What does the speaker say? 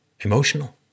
emotional